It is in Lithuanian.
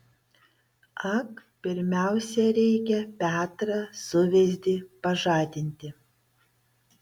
ak pirmiausia reikia petrą suveizdį pažadinti